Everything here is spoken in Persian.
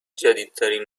جدیدترین